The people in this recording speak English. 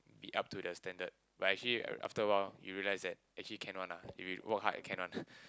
be up to the standard but actually after a while you realise that actually can one lah if you work hard you can one